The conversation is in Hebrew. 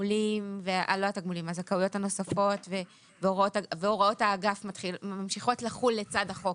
שהזכאויות הנוספות והוראות האגף ממשיכות לחול לצד החוק,